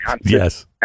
yes